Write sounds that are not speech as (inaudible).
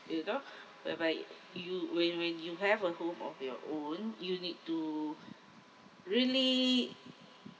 you know (breath) whereby you when when you have a home of your own you need to really